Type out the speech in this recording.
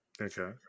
Okay